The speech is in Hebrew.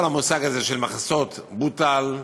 כל המושג הזה של מכסות בוטל,